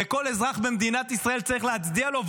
וכל אזרח במדינת ישראל צריך להצדיע לו,